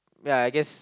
ya I guess